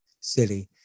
city